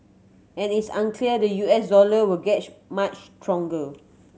and it's unclear the U S dollar will gets much stronger